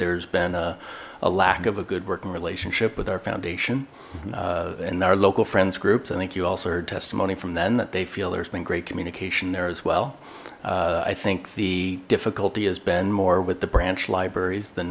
there's been a lack of a good working relationship with our foundation and our local friends groups i think you also heard testimony from then that they feel there's been great communication there as well i think the difficulty has been more with the branch libraries the